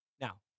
Now